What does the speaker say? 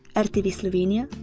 ah rtv slovenia,